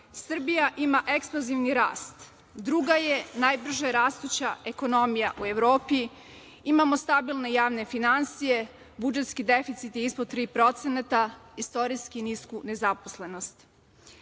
Srbija ima eksplozivni rast, druga je najbrže rastuća ekonomija u Evropi, imamo stabilne javne finansije, budžetski deficit je ispod 3%, istorijski nisku nezaposlenost.U